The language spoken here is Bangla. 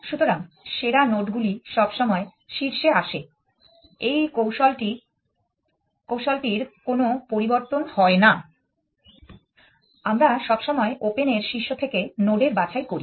সুতরাং সেরা নোডগুলি সবসময় শীর্ষে আসে এই কৌশলটির কোনো পরিবর্তন হয় না আমরা সবসময় ওপেনের শীর্ষ থেকে নোডের বাছাই করি